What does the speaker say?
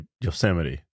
Yosemite